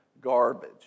garbage